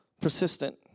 persistent